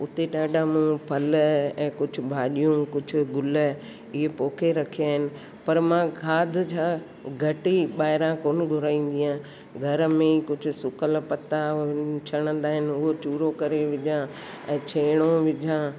उते ॾाढा मूं फल ऐं कुझु भाॼियूं कुझु गुल इहे पोखे रखिया आहिनि पर मां खाध जा घटि ई ॿाहिरां कोन घुराईंदी आहियां घर में कुझु सुकियलु पता उहे छणंदा आहिनि उहे चुरो करे विझा ऐं छेणो विझा